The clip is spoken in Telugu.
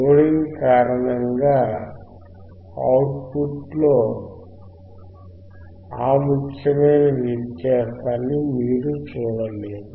లోడింగ్ కారణంగా అవుట్పుట్లో ఆ ముఖ్యమైన వ్యత్యాసాన్ని మీరు చూడలేరు